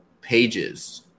pages